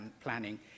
planning